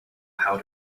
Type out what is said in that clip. how